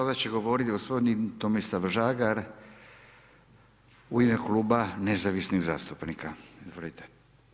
Sada će govoriti gospodin Tomislav Žagar u ime Kluba Nezavisnih zastupnika, izvolite.